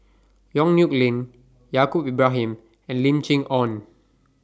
Yong Nyuk Lin Yaacob Ibrahim and Lim Chee Onn